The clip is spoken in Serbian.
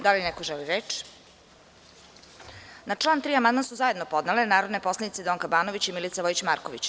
Da li neko želi reč? (Ne.) Na član 3. amandman su zajedno podnele narodne poslanice Donka Banović i Milica Vojić Marković.